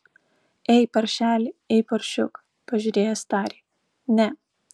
ei paršeli ei paršiuk pažiūrėjęs tarė ne